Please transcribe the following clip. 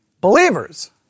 Believers